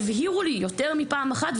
הבהירו לי יותר מפעם אחת,